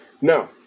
No